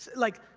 like,